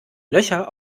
löcher